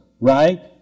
right